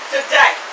Today